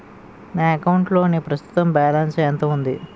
నా అకౌంట్ లోని ప్రస్తుతం బాలన్స్ ఎంత ఉంది?